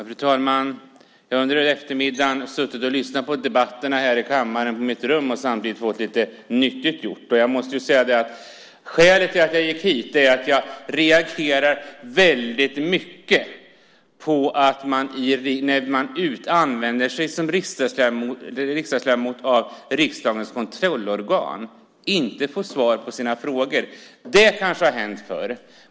Herr talman! Jag har under eftermiddagen suttit på mitt rum och lyssnat på debatterna här i kammaren och samtidigt fått lite nyttigt gjort. Skälet till att jag gick hit är att jag reagerar väldigt mycket när man som riksdagsledamot använder sig av riksdagens kontrollorgan och inte får svar på sina frågor. Det kanske har hänt förr.